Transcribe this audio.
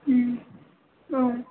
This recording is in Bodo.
उम ओं